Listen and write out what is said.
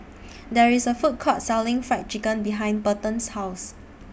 There IS A Food Court Selling Fried Chicken behind Burton's House